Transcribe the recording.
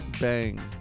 bang